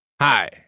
Hi